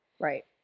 Right